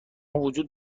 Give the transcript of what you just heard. وجود